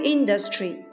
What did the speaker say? Industry